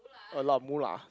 a lot of moolah